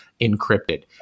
encrypted